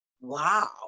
wow